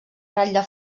ratlla